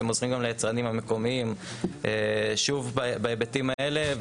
הם עוזרים גם ליצרנים המקומיים בהיבטים האלה,